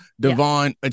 Devon